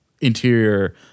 interior